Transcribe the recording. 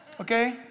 Okay